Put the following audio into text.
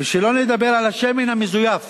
ולא נדבר על השמן המזויף